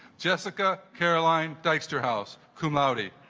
jessica caroline dykstra house come out